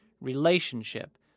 relationship